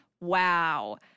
Wow